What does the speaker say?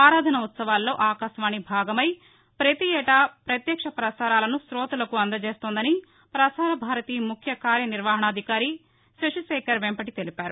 ఆరాధన ఉత్సవాల్లో ఆకాశవాణి భాగమై పతీ ఏటా పత్యక్ష పసారాలను తోతలకు అందజేస్తోందని పసార భారతి ముఖ్య కార్యనిర్వహణాధికారి శశి శేఖర్ వెంపటి తెలిపారు